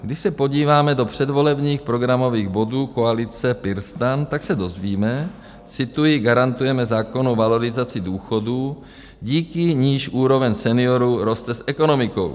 Když se podíváme do předvolebních programových bodů koalice PirStan, tak se dozvíme cituji: garantujeme zákonnou valorizaci důchodů, díky níž úroveň seniorů roste s ekonomikou.